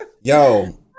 Yo